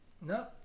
No